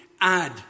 add